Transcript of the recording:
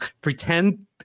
pretend